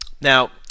Now